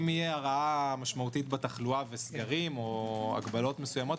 אם תהיה הרעה משמעותית בתחלואה וסגרים או הגבלות מסוימות,